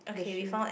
the shoes !huh!